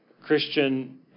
Christian